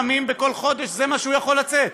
על מה כל הוויכוח ולמה לא התייצבו,